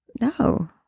No